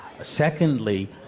Secondly